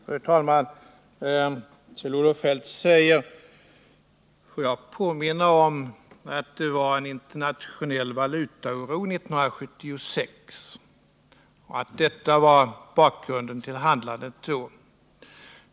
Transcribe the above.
Fru talman! Kjell-Olof Feldt säger: Får jag påminna om att det var en internationell valutaoro 1976 och att detta var bakgrunden till handlandet då.